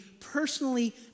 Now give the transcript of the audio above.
personally